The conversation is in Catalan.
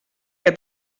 que